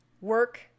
work